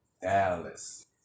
Dallas